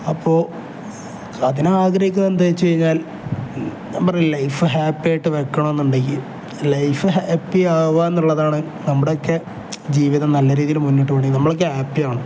അപ്പോൾ അതിന് ആഗ്രഹിക്കാത്തത് എന്താ വെച്ച് കഴിഞ്ഞാൽ ഞാൻ പറഞ്ഞിട്ടില്ലേ ലൈഫ് ഹാപ്പിയായിട്ട് വെക്കണമെന്ന് ഉണ്ടെങ്കിൽ ലൈഫ് ഹാപ്പി ആകുക എന്നുള്ളതാണ് നമ്മുടെയൊക്കെ ജീവിതം നല്ല രീതിയിൽ മുന്നോട്ട് പോകുകയാണെങ്കിൽ നമ്മളൊക്കെ ഹാപ്പി ആകണം